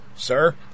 Sir